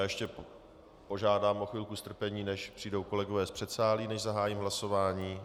Ještě požádám o chvilku strpení, než přijdou kolegové z předsálí, než zahájím hlasování.